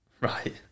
Right